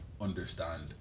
understand